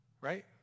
Right